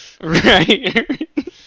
Right